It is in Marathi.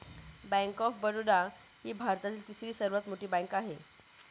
बँक ऑफ बडोदा ही भारतातील तिसरी सर्वात मोठी बँक आहे